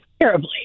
terribly